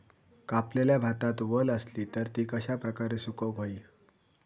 कापलेल्या भातात वल आसली तर ती कश्या प्रकारे सुकौक होई?